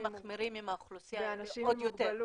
--- כי הפערים מחמירים עם האוכלוסייה הזו עוד יותר.